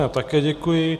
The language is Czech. Já také děkuji.